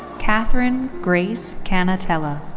katharine grace cannatella.